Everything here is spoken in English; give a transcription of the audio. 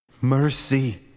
Mercy